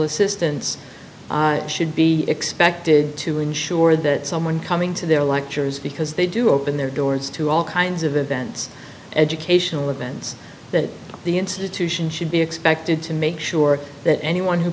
assistance i should be expected to ensure that someone coming to their lectures because they do open their doors to all kinds of events educational events that the institution should be expected to make sure that anyone who